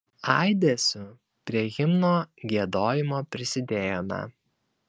aidesiu prie himno giedojimo prisidėjome